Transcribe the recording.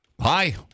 Hi